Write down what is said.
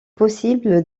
possible